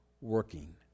working